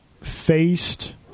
faced